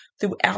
throughout